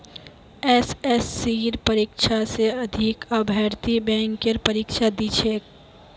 एसएससीर परीक्षा स अधिक अभ्यर्थी बैंकेर परीक्षा दी छेक